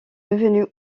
devenu